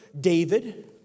David